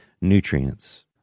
nutrients